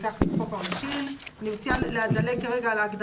"חוק העונשין" חוק העונשין,